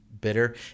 bitter